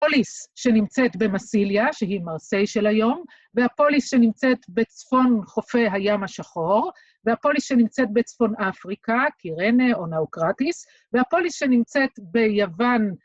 הפוליס שנמצאת במסיליה, שהיא מרסיי של היום, והפוליס שנמצאת בצפון חופי הים השחור, והפוליס שנמצאת בצפון אפריקה, קירנה או נאוקרטיס, והפוליס שנמצאת ביוון,